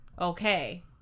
Okay